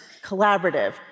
collaborative